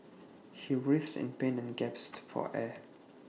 he writhed in pain and gasped for air